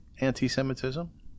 anti-Semitism